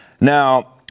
Now